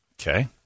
Okay